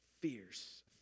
fierce